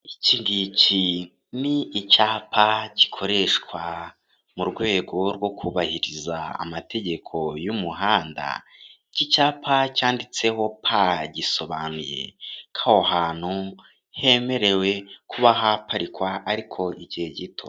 Iki ngiki ni icyapa gikoreshwa mu rwego rwo kubahiriza amategeko y'umuhanda, iki cyapa cyanditseho pa gisobanuye ko aho hantu hemerewe kuba haparikwa ariko igihe gito.